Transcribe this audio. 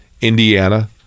Indiana